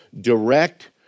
direct